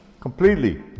completely